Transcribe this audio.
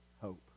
hope